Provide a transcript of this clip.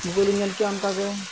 ᱤᱧ ᱧᱮᱞ ᱠᱮᱫᱟ ᱚᱱᱠᱟ ᱜᱮ